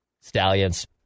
Stallions